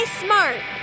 smart